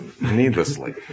needlessly